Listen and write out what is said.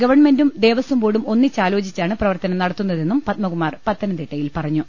ഗവൺമെന്റും ദേവസ്വംബോർഡും ഒന്നിച്ചാലോചിച്ചാണ് പ്രവർത്തനം നടത്തുന്നതെന്നും പത്മകുമാർ പത്തനംതിട്ടയിൽ പറ ഞ്ഞു